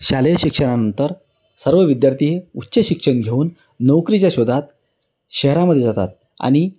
शालेय शिक्षणानंतर सर्व विद्यार्थी हे उच्च शिक्षण घेऊन नोकरीच्या शोधात शहरामध्ये जातात आणि